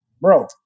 Bro